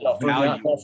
value